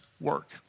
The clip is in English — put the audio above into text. work